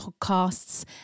podcasts